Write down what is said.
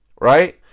Right